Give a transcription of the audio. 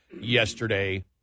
yesterday